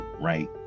right